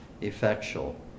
effectual